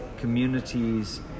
Communities